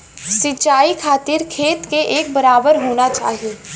सिंचाई खातिर खेत के एक बराबर होना चाही